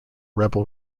rebel